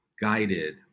guided